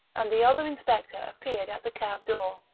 and the other inspector appeared at the cab door.